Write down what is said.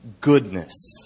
goodness